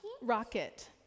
Rocket